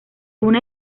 una